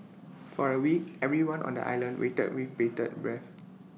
for A week everyone on the island waited with bated breath